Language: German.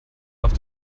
auf